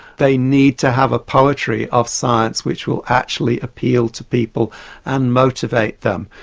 they need to have a poetry of science which will actually appeal to people and motivate them.